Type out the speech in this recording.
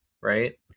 right